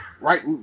right